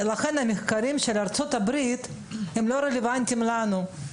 לכן המחקרים שנעשו בארצות הברית לא רלוונטיים לנו.